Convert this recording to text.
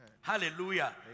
hallelujah